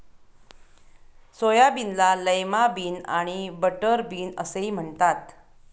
सोयाबीनला lima bean आणि butterbean असेही म्हणतात